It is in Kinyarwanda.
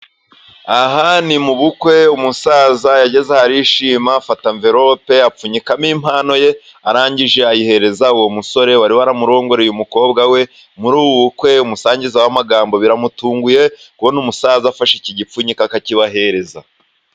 Aha ni mu bukwe, umusaza yageze aho arishima afata mvirope apfunyikamo impano ye, arangije ayihereza uwo musore wari waramurongoreye umukobwa we, muri ubu bukwe umusangiza w'amagambo biramutunguye, kubona umusaza afashe iki gipfunyiko akakibahereza.